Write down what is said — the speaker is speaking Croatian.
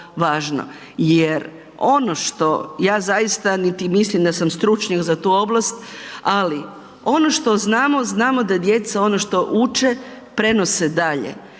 jer ono što, ja zaista niti mislim da sam stručnjak za tu oblast, ali ono što znamo, znamo da djeca ono što uče, prenose dalje.